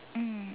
mm